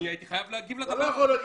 כי אני הייתי חייב להגיב לדבר הזה.